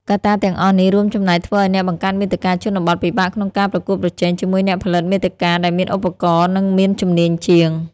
កត្តាទាំងអស់នេះរួមចំណែកធ្វើឲ្យអ្នកបង្កើតមាតិកាជនបទពិបាកក្នុងការប្រកួតប្រជែងជាមួយអ្នកផលិតមាតិកាដែលមានឧបករណ៍ និងមានជំនាញជាង។